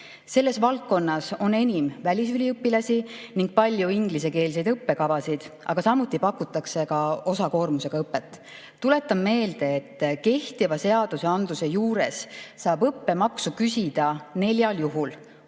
Selles valdkonnas on enim välisüliõpilasi ning palju inglisekeelseid õppekavasid, aga samuti pakutakse osakoormusega õpet. Tuletan meelde, et kehtiva seaduse alusel saab õppemaksu küsida neljal juhul: